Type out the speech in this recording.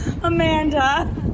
Amanda